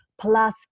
plus